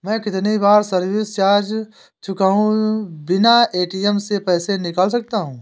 मैं कितनी बार सर्विस चार्ज चुकाए बिना ए.टी.एम से पैसे निकाल सकता हूं?